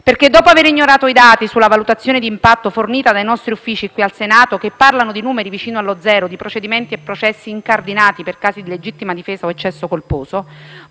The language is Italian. dopo aver ignorato i dati sulla valutazione di impatto fornita dai nostri Uffici, qui al Senato, che parlano di numeri vicini allo zero di procedimenti e processi incardinati per casi di legittima difesa o eccesso colposo,